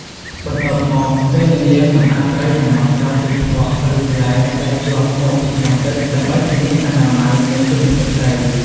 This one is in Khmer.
បន្ទាប់មក គេនឹងលាងសម្អាតត្រីយ៉ាងហ្មត់ចត់ពីភក់ ឬស្លែដែលជាប់មកពីក្នុងទឹក ដើម្បីធានាអនាម័យ និងគុណភាពត្រី។